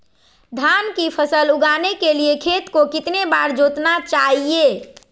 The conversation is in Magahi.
धान की फसल उगाने के लिए खेत को कितने बार जोतना चाइए?